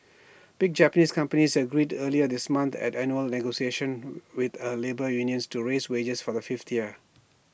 big Japanese companies agreed earlier this month at annual negotiations with A labour unions to raise wages for the fifth year